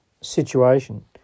situation